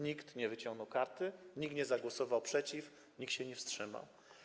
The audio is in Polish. Nikt nie wyciągnął karty, nikt nie zagłosował przeciw, nikt się nie wstrzymał.